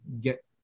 get